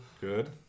Good